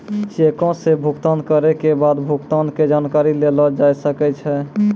चेको से भुगतान करै के बाद भुगतान के जानकारी लेलो जाय सकै छै